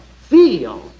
feel